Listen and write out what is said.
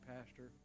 Pastor